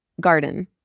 Garden